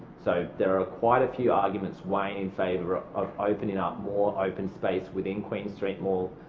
so there are quite a few arguments weighing in favour of opening up more open space within queen street mall.